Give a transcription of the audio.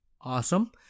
Awesome